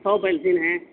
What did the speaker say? سو pencil ہیں